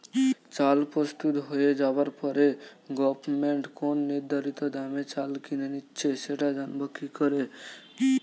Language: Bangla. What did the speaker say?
চাল প্রস্তুত হয়ে যাবার পরে গভমেন্ট কোন নির্ধারিত দামে চাল কিনে নিচ্ছে সেটা জানবো কি করে?